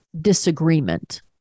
disagreement